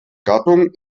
gattung